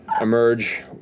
emerge